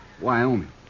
Wyoming